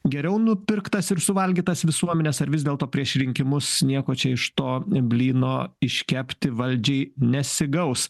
geriau nupirktas ir suvalgytas visuomenės ar vis dėlto prieš rinkimus nieko čia iš to blyno iškepti valdžiai nesigaus